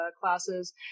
classes